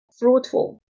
fruitful